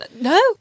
No